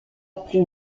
plus